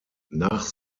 nach